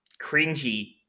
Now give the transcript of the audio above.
cringy